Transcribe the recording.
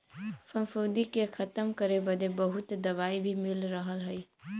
फफूंदी के खतम करे बदे बहुत दवाई भी मिल रहल हई